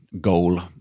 goal